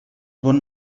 bon